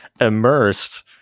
immersed